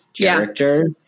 Character